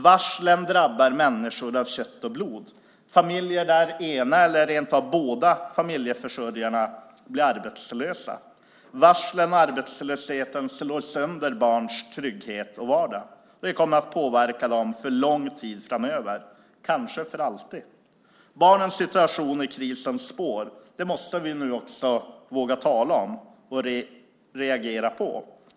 Varslen drabbar människor av kött och blod, familjer där ena familjeförsörjaren blir arbetslös eller rent av båda familjeförsörjarna blir arbetslösa. Varslen och arbetslösheten slår sönder barns trygghet och vardag. Det kommer att påverka dem för lång tid framöver, kanske för alltid. Barnens situation i krisens spår måste vi nu också våga tala om och reagera på.